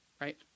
right